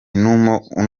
n’umugore